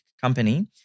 company